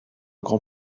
grand